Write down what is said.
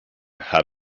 had